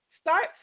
start